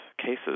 cases